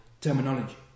terminology